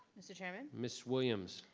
mr. chairman? miss williams.